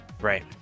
right